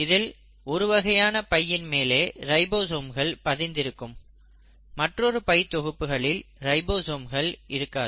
இதில் ஒரு வகையான பைகளின் மேலே ரைபோசோம்கள் பதிந்திருக்கும் மற்றொரு பை தொகுப்புகளில் ரைபோசோம்கள் இருக்காது